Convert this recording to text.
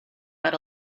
but